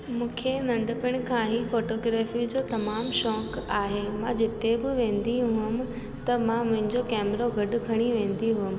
मूंखे नंढपण खां ई फोटोग्राफी जो तमामु शौक़ु आहे मां जिते बि वेंदी हुअमि त मां मुंहिंजो कैमरो गॾु खणी वेंदी हुअमि